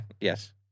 Yes